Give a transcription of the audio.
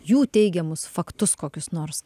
jų teigiamus faktus kokius nors